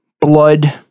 blood